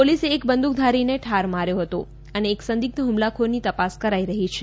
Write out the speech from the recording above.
પોલીસે એક બંદ્રકધારીને ઠાર માર્યો હતો અને એક સંદિગ્ધ હુમલાખોરની તપાસ કરાઇ રહી છે